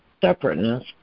separateness